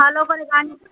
ভালো করে গান